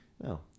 No